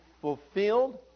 fulfilled